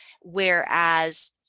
whereas